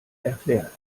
erklärt